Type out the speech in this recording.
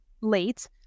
late